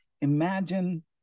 Imagine